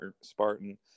Spartan